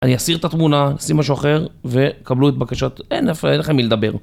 אני אסיר את התמונה, נשים משהו אחר, וקבלו את בקשות. אין לך אין לך עם מי לדבר.